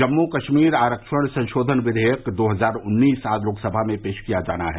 जम्मू कश्मीर आरक्षण संशोधन विवेयक दो हजार उन्नीस आज लोकसभा में पेश किया जाना है